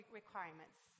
requirements